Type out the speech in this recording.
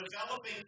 Developing